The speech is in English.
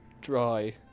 dry